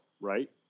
right